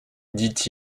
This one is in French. dit